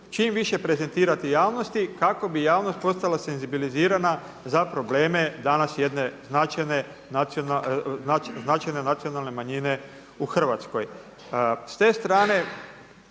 čim više prezentirati javnosti kako bi javnost postala senzibilizirana za probleme danas jedne značajne nacionalne manjine u Hrvatskoj. S te strane